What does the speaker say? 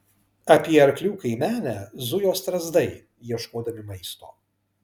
apie arklių kaimenę zujo strazdai ieškodami maisto